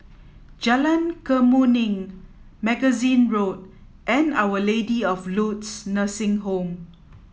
Jalan Kemuning Magazine Road and Our Lady of Lourdes Nursing Home